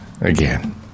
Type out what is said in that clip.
Again